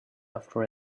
after